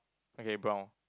okay brown